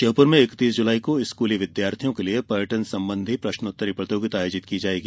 श्योपुर में इकतीस जुलाई को स्कूली विद्यार्थियों के लिए पर्यटन संबंधी प्रश्नोत्तरी प्रतियोगिता आयोजित की जायेगी